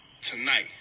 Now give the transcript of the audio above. tonight